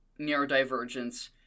neurodivergence